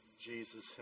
Jesus